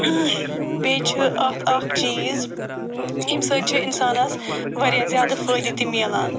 بیٚیہِ چھِ اتھ اکھ چیٖز اَمہِ سۭتۍ چھِ اِنسانَس واریاہ زیادٕ فٲیدٕ تہِ مِلان